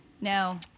No